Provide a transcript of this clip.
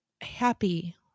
happy